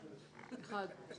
לסעיף 1 לא נתקבלה.